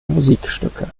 musikstücke